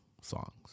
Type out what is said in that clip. songs